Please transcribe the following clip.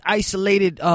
isolated